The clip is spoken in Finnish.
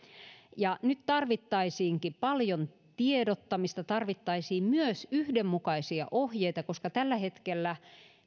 nyt tarvittaisiinkin paljon tiedottamista ja tarvittaisiin myös yhdenmukaisia ohjeita koska tällä hetkellä